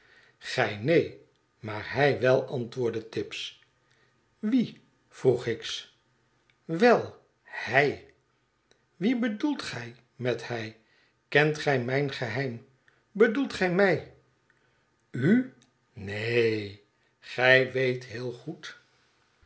neen maar hij wel antwoordde tibbs wie vroeg hicks wel hij wien bedoelt gij met hij kent gij mijn geheim bedoelt gij mij u neen gij weet heel goed